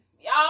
y'all